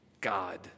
God